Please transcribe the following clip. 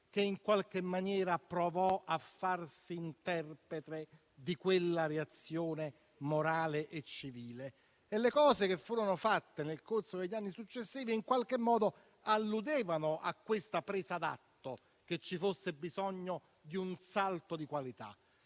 in qualche maniera provò a farsi interprete di quella reazione morale e civile. E le cose che furono fatte nel corso degli anni successivi in qualche modo alludevano alla presa d'atto che ci fosse bisogno di un salto di qualità.